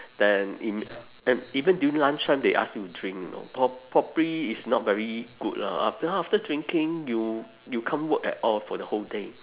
then in and even during lunch time they ask you to drink you know prob~ probably it's not very good lah then after drinking you you can't work at all for the whole day